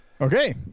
Okay